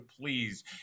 please